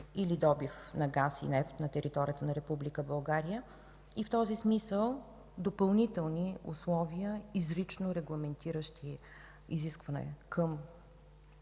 или добив на газ и нефт на територията на Република България. В този смисъл допълнителни условия, изрично регламентиращи изисквания към